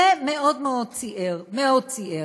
זה מאוד מאוד ציער, מאוד ציער.